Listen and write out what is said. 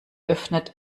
öffnet